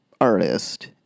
artist